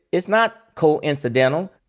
it's not coincidental.